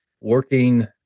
working